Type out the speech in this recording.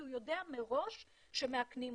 כי הוא יודע מראש שמאכנים אותו.